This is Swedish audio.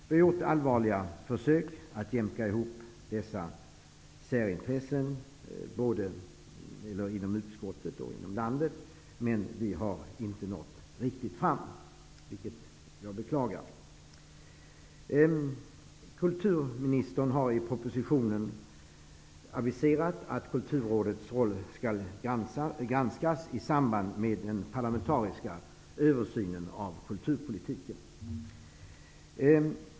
Vi har gjort allvarliga försök att jämka ihop dessa särintressen, inom utskottet och inom landet, men vi har inte riktigt nått fram, vilket jag beklagar. Kulturministern har i propositionen aviserat att Kulturrådets roll skall granskas i samband med den parlamentariska översynen av kulturpolitiken.